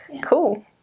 cool